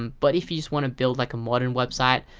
um but if you just want to build like a modern website,